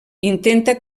intenta